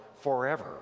forever